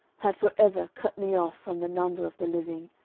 had for ever cut me off from the number of the living,